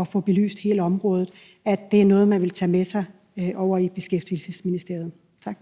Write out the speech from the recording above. at få belyst hele området, altså at det er noget, man vil tage med sig over i Beskæftigelsesministeriet. Tak.